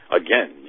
again